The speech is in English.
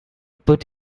put